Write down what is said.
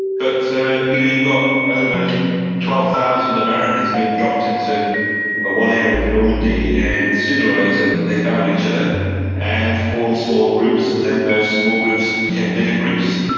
but you know you've got over twelve thousand americans been dropped into one area of normandy, and sooner or later they found each other and formed small groups. and then those small groups became bigger groups.